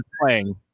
playing